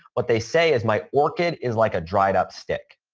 what they say is my orchid is like a dried up stick.